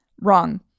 Wrong